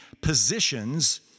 positions